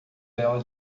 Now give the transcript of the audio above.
dela